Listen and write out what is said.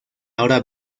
ahora